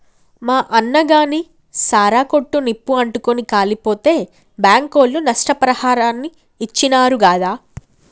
మా అన్నగాని సారా కొట్టు నిప్పు అంటుకుని కాలిపోతే బాంకోళ్లు నష్టపరిహారాన్ని ఇచ్చినారు గాదా